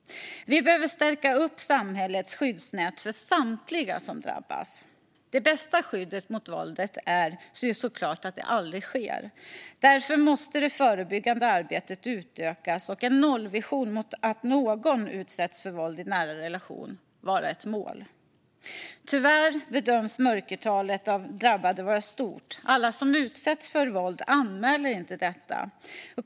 Vi behöver stärka upp samhällets skyddsnät för samtliga som drabbas. Det bästa skyddet mot våldet är ju såklart att det aldrig sker. Därför måste det förebyggande arbetet utökas och en nollvision mot att någon utsätts för våld i nära relation vara ett mål. Tyvärr bedöms mörkertalet av drabbade vara stort. Alla som utsätts för våld anmäler inte detta.